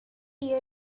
year